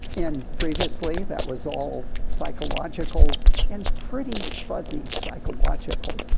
and previously that was all psychological and pretty fuzzy psychological.